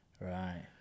right